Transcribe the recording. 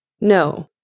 No